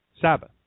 Sabbath